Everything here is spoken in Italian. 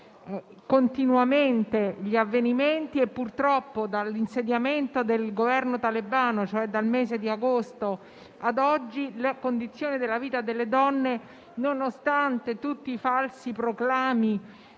continuamente gli avvenimenti e, purtroppo, dall'insediamento del Governo talebano, cioè dal mese di agosto, ad oggi, le condizioni di vita delle donne, nonostante tutti i falsi proclami,